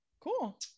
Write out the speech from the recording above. cool